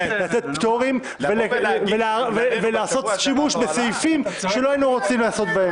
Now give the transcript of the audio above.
לתת פטורים ולעשות שימוש בסעיפים שלא היינו רוצים לעשות.